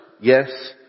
yes